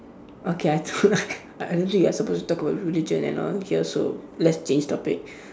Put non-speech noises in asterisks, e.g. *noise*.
okay I *laughs* I don't think we are supposed to talk about religion and all here so let's change topic